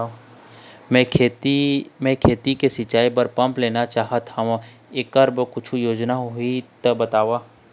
मैं खेती म सिचाई बर पंप लेना चाहत हाव, एकर बर कुछू योजना होही त बताव?